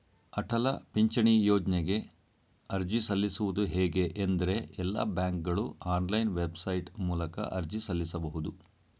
ಅಟಲ ಪಿಂಚಣಿ ಯೋಜ್ನಗೆ ಅರ್ಜಿ ಸಲ್ಲಿಸುವುದು ಹೇಗೆ ಎಂದ್ರೇ ಎಲ್ಲಾ ಬ್ಯಾಂಕ್ಗಳು ಆನ್ಲೈನ್ ವೆಬ್ಸೈಟ್ ಮೂಲಕ ಅರ್ಜಿ ಸಲ್ಲಿಸಬಹುದು